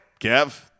Kev